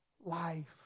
life